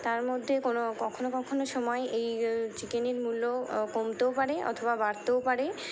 তার মধ্যে কোনো কখনো কখনো সময় এই চিকেনের মূল্য কমতেও পারে অথবা বাড়তেও পারে